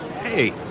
Hey